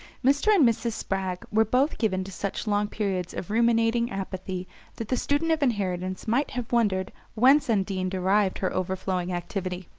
mr. and mrs. spragg were both given to such long periods of ruminating apathy that the student of inheritance might have wondered whence undine derived her overflowing activity.